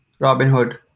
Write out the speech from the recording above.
robinhood